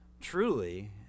truly